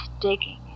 digging